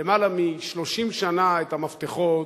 למעלה מ-30 שנה את המפתחות.